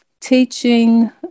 teaching